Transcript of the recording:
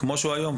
כמו שהוא היום.